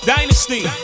Dynasty